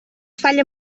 falla